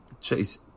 chase